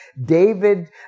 David